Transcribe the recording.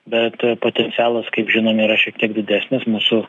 bet potencialas kaip žinom yra šiek tiek didesnis mūsų